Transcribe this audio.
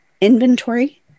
inventory